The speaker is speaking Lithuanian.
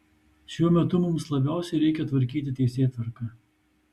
šiuo metu mums labiausiai reikia tvarkyti teisėtvarką